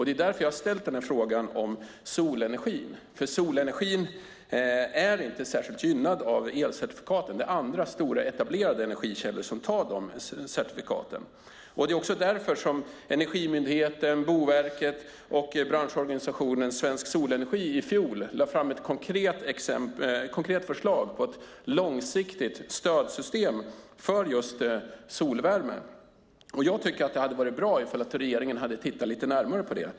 Det är därför jag har ställt frågan om solenergin. Solenergin är inte särskilt gynnad av elcertifikaten. Det är de andra stora etablerade energikällor som tar certifikaten. Det är också därför Energimyndigheten, Boverket och branschorganisationen Svensk Solenergi i fjol lade fram ett konkret förslag på ett långsiktigt stödsystem för just solvärme. Jag tycker att det hade varit bra om regeringen hade tittat lite närmare på det.